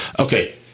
Okay